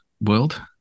world